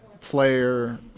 player